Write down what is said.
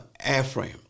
AFRAM